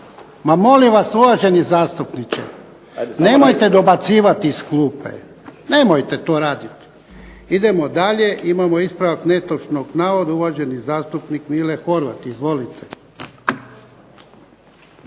Ma molim vas uvaženi zastupniče! Nemojte dobacivati iz klupe. Nemojte to raditi. Idemo dalje. Imamo ispravak netočnog navoda uvaženi zastupnik Mile Horvat. Izvolite.